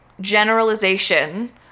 generalization